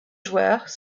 joueurs